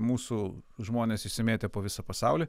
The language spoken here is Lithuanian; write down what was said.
mūsų žmonės išsimėtę po visą pasaulį